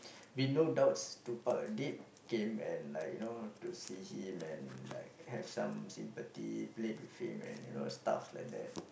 with no doubts Tupac did came and like you know to see him and like has some sympathy played with him you know stuff like that